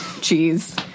cheese